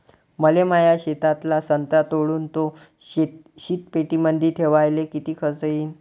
मले माया शेतातला संत्रा तोडून तो शीतपेटीमंदी ठेवायले किती खर्च येईन?